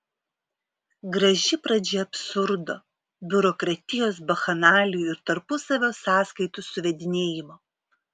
graži pradžia absurdo biurokratijos bakchanalijų ir tarpusavio sąskaitų suvedinėjimo